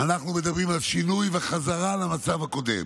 אנחנו מדברים על שינוי וחזרה למצב הקודם.